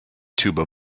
tuba